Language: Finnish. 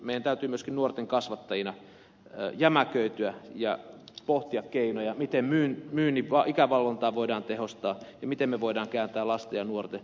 meidän täytyy myöskin nuorten kasvattajina jämäköityä ja pohtia keinoja miten myynnin ikävalvontaa voidaan tehostaa ja miten me voimme kääntää lasten ja nuorten alkoholinkäytön laskuun